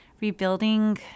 rebuilding